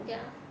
ya